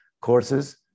courses